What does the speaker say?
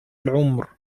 العمر